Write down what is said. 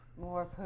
More